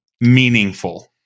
meaningful